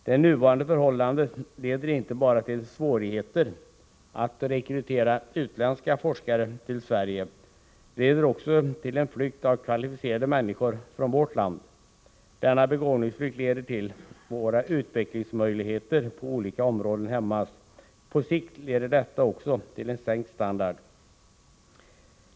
Det nuvarande förhållandet leder inte bara till svårigheter att rekrytera utländska forskare till Sverige, utan det leder också till en flykt av kvalificerade människor från vårt land. Denna begåvningsflykt leder till att våra utvecklingsmöjligheter på olika områden hämmas. På sikt leder detta också till sänkt standard.